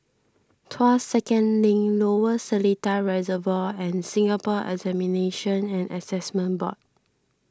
Tuas Second Link Lower Seletar Reservoir and Singapore Examinations and Assessment Board